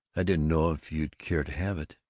i don't know if you'd care to have it